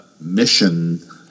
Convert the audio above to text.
mission